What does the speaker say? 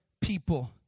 people